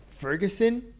Ferguson